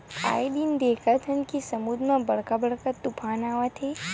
आए दिन देखथन के समुद्दर म बड़का बड़का तुफान आवत हे